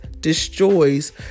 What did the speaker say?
destroys